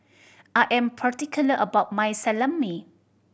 I am particular about my Salami